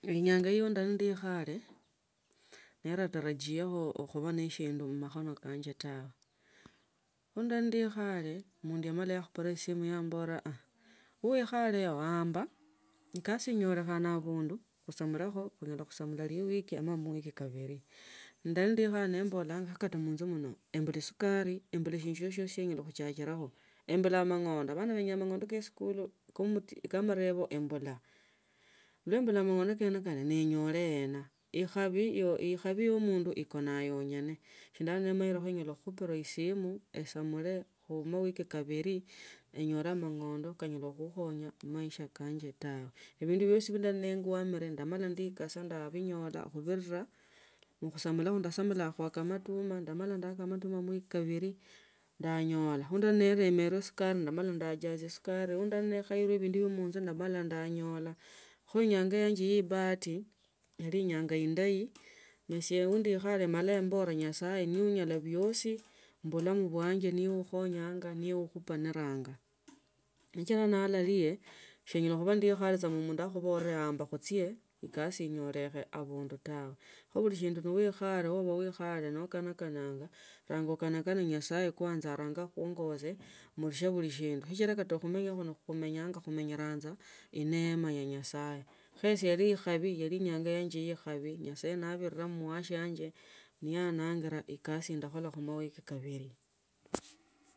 Enyanga eyo ndabanikhale nekhatarajelecho khubaa neshindu mmakhonk kanje tawe. Kho ndaba nekhale mundu yamala yakhupila esimu yambela aah uikhale ap amba akasi inyolekhane abundu khusamulekho khunyole khunyala khusamula liwiki nomba amaruiki kabili ndali nikhale nimbole mala kata munzu muno mbula sukari mbala shindu shiosi si enyala khurachilakho embula amangondo, kho amangondo ke isikuli kee amarebo mbula, mbe embula amang'ondo kene nenyole ena ikhabi yo omundu ikona yonyeme so manye ni manyire zala khukhupiwa esimu esamuli amawiki kabili enyole amangondo kaa kanyala khukhonya khumaisha kanjre tawe. Ebindu bitisi bila ba ningamwile ndamala nikosa ndabunyola khubirira khukhusomala khu ndasamula ndasamula naawa amatuma ngava amatuma ndamala naama amatuma amawiki kabili ndonyola khu ndaba nindemewe esukari ndajaza esukari ino esukari yakhaile ebindu bia omunzu nanyola khu inyanga yanje ni bahati yaba en yange indayi nesialo ye ndikhale amala nimbkla nyasaye ni amonya biosi mubulama bwanje niye sinyala khuiba ndikhane alafu ambole amba khuchie kasi inyoleche abundu kho buli shindu noba lukhale no okanakananga ranga ukanekane nyasaye kwanza anange akhungose mi shila sindu sichila ukhumenya khuno khumonyanga khu neema khuyanze eneema ya nyasaye khe ise yaba ekhabi, ekhabi yaba inyanga ya ekhabi yabirira mshiange niangalia ekasi ndakhola khu mawiki kabili.